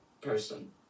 person